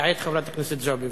כעת חברת הכנסת זועבי.